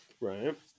Right